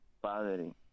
Padre